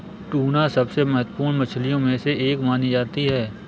tuna सबसे महत्त्वपूर्ण मछलियों में से एक मानी जाती है